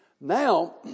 Now